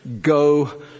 Go